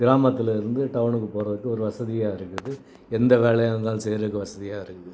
கிராமத்துலிருந்து டவுனுக்கு போறதுக்கு ஒரு வசதியாக இருக்குது எந்த வேலையாக இருந்தாலும் செய்றதுக்கு வசதியாக இருக்குது